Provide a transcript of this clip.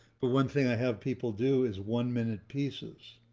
but one thing i have people do is one minute pieces.